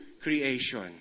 creation